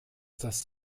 das